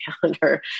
calendar